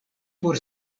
por